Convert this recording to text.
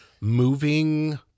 moving